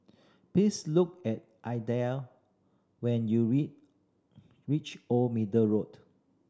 please look at Adlai when you reach Old Middle Road